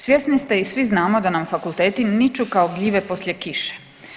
Svjesni ste i svi znamo da nam fakulteti niču kao gljive poslije kiše.